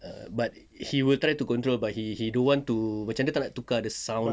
err but he will try to control he he don't want to macam dia tak nak tukar the sounds